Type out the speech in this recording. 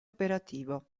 operativo